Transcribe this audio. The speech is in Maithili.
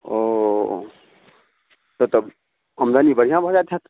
ओ तऽ तब आमदनी बढ़िऑं भऽ जाइत होयत